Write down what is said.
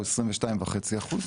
הוא 22.5 אחוז,